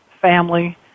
family